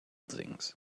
things